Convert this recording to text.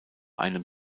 einem